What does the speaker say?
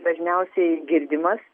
dažniausiai girdimas